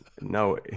no